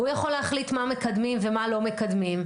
הוא יכול להחליט מה מקדמים ומה לא מקדמים,